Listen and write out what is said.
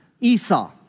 Esau